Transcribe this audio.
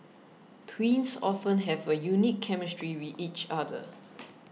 twins often have a unique chemistry with each other